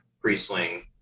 pre-swing